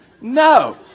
no